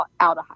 aldehyde